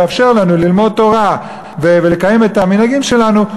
ויאפשר לנו ללמוד תורה ולקיים את המנהגים שלנו,